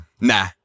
Nah